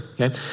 Okay